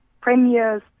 premiers